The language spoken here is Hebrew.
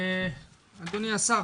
כבוד השר,